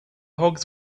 hogs